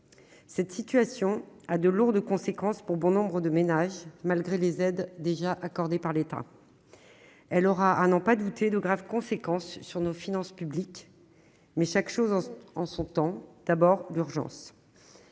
Cette situation a de lourdes conséquences pour bon nombre de ménages, malgré les aides déjà accordées par l'État. Elle aura aussi, à n'en pas douter, de graves répercussions sur nos finances publiques, mais chaque chose en son temps. D'abord, l'urgence